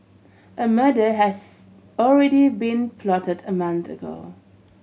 a murder has already been plotted a month ago